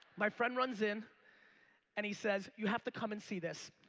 my friend runs in and he says, you have to come and see this.